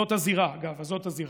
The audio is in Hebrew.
זאת הזירה, אגב, זאת הזירה